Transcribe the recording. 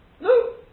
no